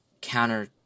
counter